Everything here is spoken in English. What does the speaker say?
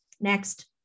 next